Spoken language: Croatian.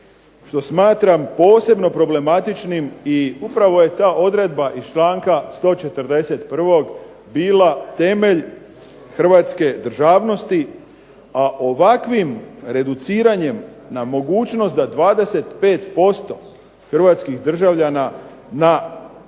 što smatram posebno problematičnim. I upravo je ta odredba i članka 141. bila temelj hrvatske državnosti, a ovakvim reduciranjem na mogućnost da 25% hrvatskih državljana na